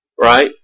Right